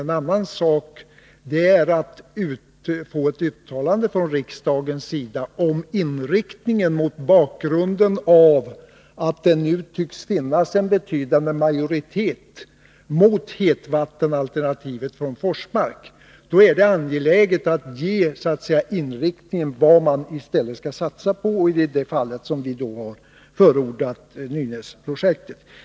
En annan sak är att få ett uttalande från riksdagens sida om inriktningen, mot bakgrund av att det nu tycks finnas en betydande majoritet mot alternativet hetvatten från Forsmark. Det är angeläget att så att säga ge en inriktning beträffande vad man i stället skall satsa på. I detta fall har vi då förordat Nynäsprojektet.